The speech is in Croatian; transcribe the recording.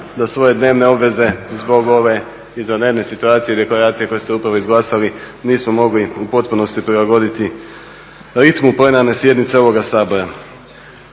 da svoje dnevne obveze zbog ove izvanredne situacije i Deklaracije koju ste upravo izglasali nismo mogli u potpunosti prilagoditi ritmu plenarne sjednice ovoga Sabora.